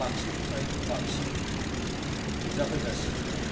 बांसिन निफ्राय बांसिन नुजाफैगासिनो दं